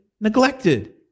Neglected